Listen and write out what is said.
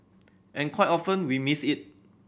and quite often we missed it